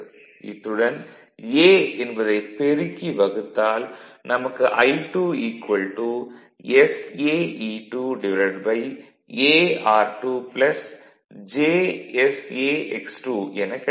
இத்துடன் "a" என்பதை பெருக்கி வகுத்தால் நமக்கு I2 saE2 ar2 jsax2 எனக் கிடைக்கும்